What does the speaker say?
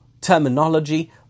terminology